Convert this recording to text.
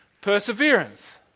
perseverance